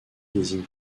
désigne